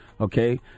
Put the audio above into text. okay